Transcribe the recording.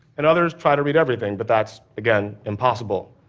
and others try to read everything, but that's, again, impossible.